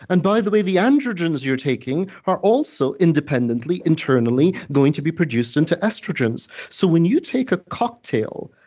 and by the way, the androgens you're taking are also independently internally going to be produced into estrogens. so, when you take a cocktail,